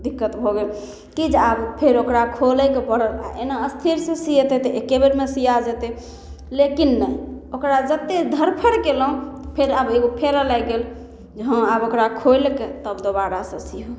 दिक्कत भऽ गेल कि जे आब ओकरा खोलैके पड़ल आओर एना स्थिरसे सिएतै तऽ एक्केबेरमे सिआ जेतै लेकिन नहि ओकरा जतेक धरफड़ कएलहुँ फेर आब एगो फेरा लागि गेल जे हँ आब ओकरा खोलिकऽ तब दोबारासँ सिउ